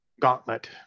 Gauntlet